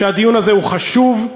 שהדיון הזה הוא חשוב,